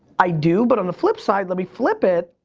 i do, but on the flip side, let me flip it,